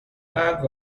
قلب